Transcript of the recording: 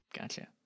Gotcha